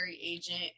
agent